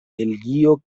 belgio